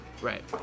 Right